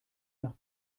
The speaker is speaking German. nach